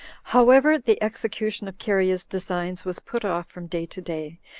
however, the execution of cherea's designs was put off from day to day,